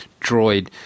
droid